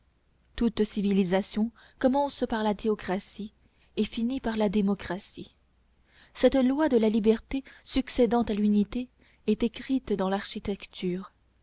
toute civilisation commence par la théocratie et finit par la démocratie cette loi de la liberté succédant à l'unité est écrite dans l'architecture